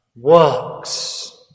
Works